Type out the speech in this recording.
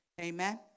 amen